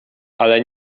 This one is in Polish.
ale